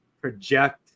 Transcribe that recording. project